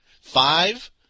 Five